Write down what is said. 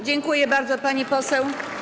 Dziękuję bardzo, pani poseł.